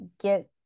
get